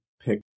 pick